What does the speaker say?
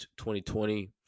2020